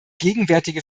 gegenwärtige